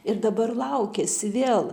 ir dabar laukiasi vėl